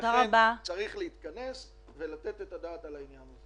לכן צריך להתכנס ולתת את הדעת על העניין הזה.